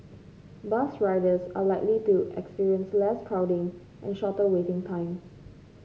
bus riders are likely to experience less crowding and shorter waiting times